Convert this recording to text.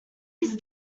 his